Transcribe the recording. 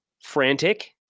frantic